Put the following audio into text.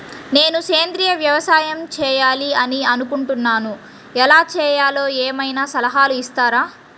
నేను సేంద్రియ వ్యవసాయం చేయాలి అని అనుకుంటున్నాను, ఎలా చేయాలో ఏమయినా సలహాలు ఇస్తారా?